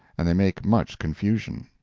and they make much confusion.